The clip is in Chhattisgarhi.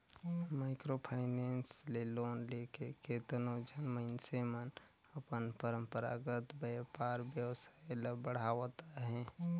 माइक्रो फायनेंस ले लोन लेके केतनो झन मइनसे मन अपन परंपरागत बयपार बेवसाय ल बढ़ावत अहें